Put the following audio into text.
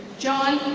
john